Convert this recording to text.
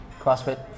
crossfit